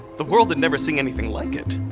the world had never seen anything like it.